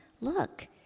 look